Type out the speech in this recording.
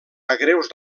greus